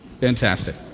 fantastic